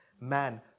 man